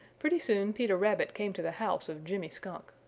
pretty soon peter rabbit came to the house of jimmy skunk.